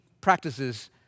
practices